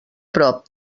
prop